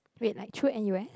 wait like through N_U_S